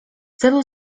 celu